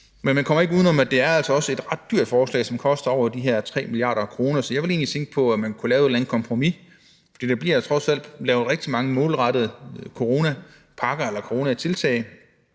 Men man kommer ikke uden om, at det også er et ret dyrt forslag, som koster over de her 3 mia. kr. Så jeg ville egentlig tænke på, at man kunne lave et eller andet kompromis, for der bliver trods alt lavet rigtig mange målrettede coronapakker eller coronatiltag